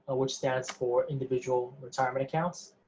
which stands for individual retirement accounts.